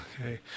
Okay